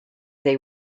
they